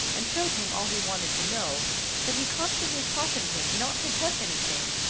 and showed him all he wanted to know but he constantly cautioned him not to touch anything,